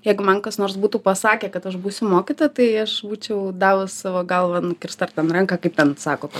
jeigu man kas nors būtų pasakę kad aš būsiu mokytoja tai aš būčiau davus savo galva nukirst ar ten ranką kaip ten sako